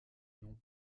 nom